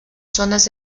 zonas